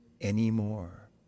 anymore